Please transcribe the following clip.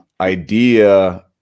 idea